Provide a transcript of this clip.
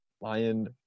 lion